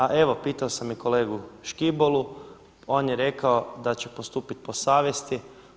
A evo pitao sam i kolegu Škibolu, on je rekao da će postupit po savjesti.